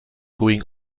going